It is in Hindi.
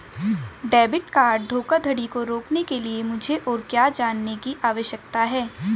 डेबिट कार्ड धोखाधड़ी को रोकने के लिए मुझे और क्या जानने की आवश्यकता है?